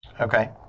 Okay